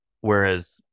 Whereas